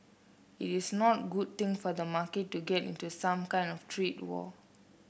it is not a good thing for the market to get into some kind of trade war